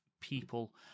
people